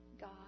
God